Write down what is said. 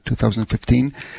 2015